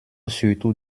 surtout